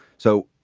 so,